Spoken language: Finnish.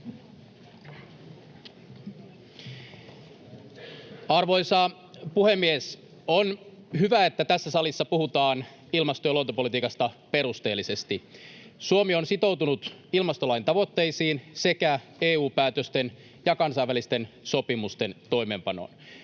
Arvoisa puhemies! On hyvä, että tässä salissa puhutaan ilmasto- ja luontopolitiikasta perusteellisesti. Suomi on sitoutunut ilmastolain tavoitteisiin sekä EU-päätösten ja kansainvälisten sopimusten toimeenpanoon.